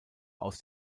aus